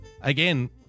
again